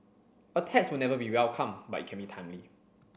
a tax will never be welcome but it can be timely